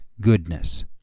goodness